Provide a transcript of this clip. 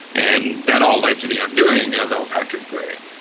and that all led to the undoing of l patrick gray.